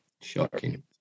shocking